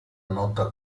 nota